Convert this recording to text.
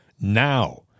now